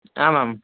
ಹಾಂ ಮ್ಯಾಮ್